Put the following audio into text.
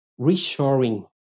reshoring